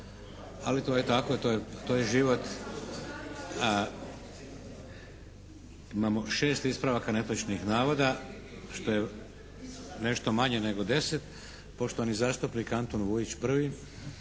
Ali to je tako, to je život. Imamo šest ispravaka netočnih navoda što je nešto manje nego 10. Poštovani zastupnik Antun Vujić prvi.